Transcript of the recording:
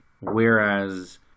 whereas